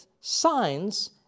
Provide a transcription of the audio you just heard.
signs